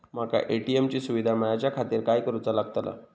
माका ए.टी.एम ची सुविधा मेलाच्याखातिर काय करूचा लागतला?